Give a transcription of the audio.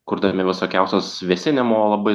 kurdami visokiausias vėsinimo labai